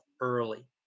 early